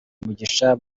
mugisha